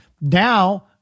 Now